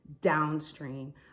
downstream